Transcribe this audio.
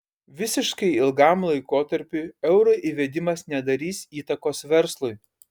visiškai ilgam laikotarpiui euro įvedimas nedarys įtakos verslui